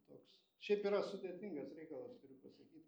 toks šiaip yra sudėtingas reikalas turiu pasakyt